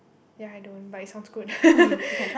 ya I don't but it sounds good